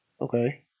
Okay